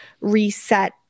reset